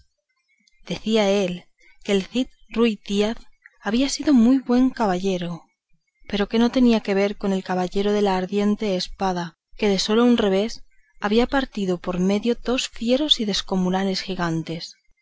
decía él que el cid ruy díaz había sido muy buen caballero pero que no tenía que ver con el caballero de la ardiente espada que de sólo un revés había partido por medio dos fieros y descomunales gigantes